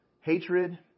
Hatred